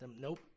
Nope